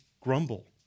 grumble